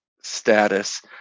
status